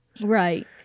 Right